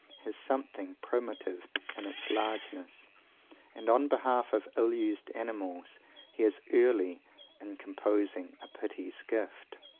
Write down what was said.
has something primitive in its largeness and on behalf of ill-used animals he is early in composing a pity's gift.